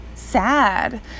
sad